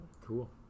cool